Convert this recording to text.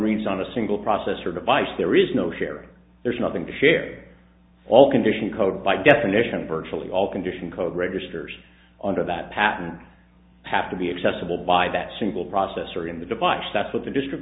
reads on a single processor device there is no sharing there's nothing to share all condition code by definition virtually all condition code registers under that pattern have to be accessible by that single processor in the device that's what the district